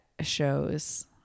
shows